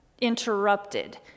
interrupted